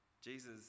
Jesus